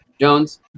Jones